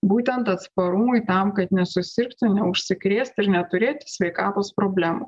būtent atsparumui tam kad nesusirgti neužsikrėsti ir neturėti sveikatos problemų